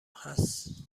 هست